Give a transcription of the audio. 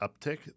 uptick